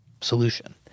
solution